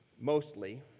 mostly